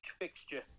fixture